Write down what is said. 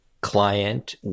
client